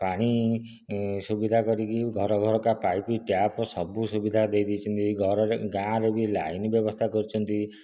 ପାଣି ସୁବିଧା କରିକି ଘର ଘରକା ପାଇପ୍ ଟ୍ୟାପ୍ ସବୁ ସୁବିଧା ଦେଇଦେଇଛନ୍ତି ଘରରେ ଗାଁରେ ବି ଲାଇନ୍ ବ୍ୟବସ୍ତା କରିଛନ୍ତି